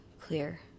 Clear